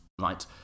right